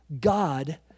God